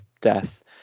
death